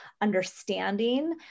understanding